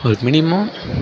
minimum